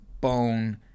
bone